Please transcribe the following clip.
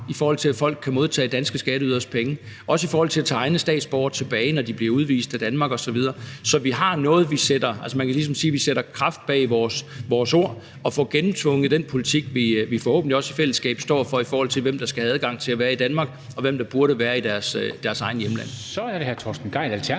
i forhold til at folk kan modtage danske skatteyderes penge og også i forhold til at tage egne statsborgere tilbage, når de bliver udvist af Danmark osv. Så man kan ligesom sige, at vi sætter kraft bag vores ord og får gennemtvunget den politik, vi forhåbentlig også i fællesskab står for, i forhold til hvem der skal have adgang til at være i Danmark, og hvem der burde være i deres egne hjemlande. Kl. 14:08 Formanden (Henrik